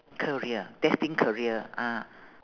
career destined career ah